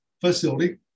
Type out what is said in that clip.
facility